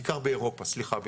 בעיקר באירופה סליחה.